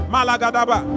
Malagadaba